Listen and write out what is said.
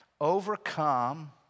overcome